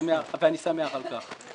ואני שמח על כך.